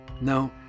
No